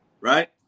right